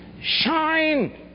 shine